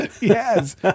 Yes